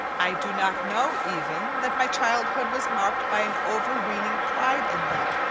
i do not know, even, that my childhood was marked by an overweening pride in them